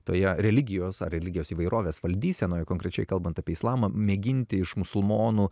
toje religijos ar religijos įvairovės valdysenoje konkrečiai kalbant apie islamą mėginti iš musulmonų